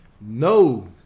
No